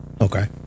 Okay